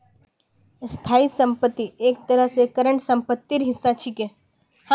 स्थाई संपत्ति एक तरह स करंट सम्पत्तिर हिस्सा छिके